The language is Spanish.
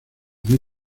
muy